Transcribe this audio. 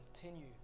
continue